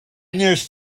nurse